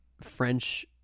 French